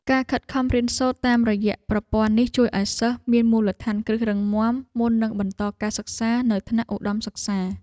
ការខិតខំរៀនសូត្រតាមរយៈប្រព័ន្ធនេះជួយឱ្យសិស្សមានមូលដ្ឋានគ្រឹះរឹងមាំមុននឹងបន្តការសិក្សានៅថ្នាក់ឧត្តមសិក្សា។